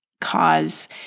cause